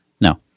No